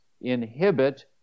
inhibit